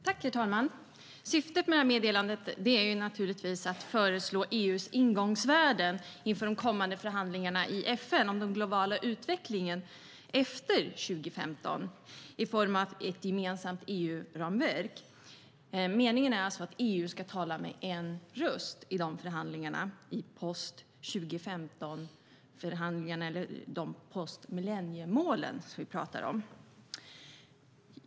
Herr talman! Syftet med meddelandet är naturligtvis att föreslå EU:s ingångsvärden i form av ett gemensamt EU-ramverk inför de kommande förhandlingarna i FN om den globala utvecklingen efter 2015. Meningen är alltså att EU ska tala med en röst i post-2015-förhandlingarna - post-millenniemålen.